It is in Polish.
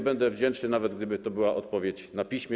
Będę wdzięczny, nawet gdyby to była odpowiedź na piśmie.